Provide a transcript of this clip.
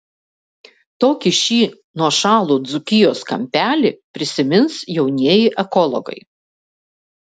tokį šį nuošalų dzūkijos kampelį prisimins jaunieji ekologai